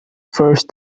first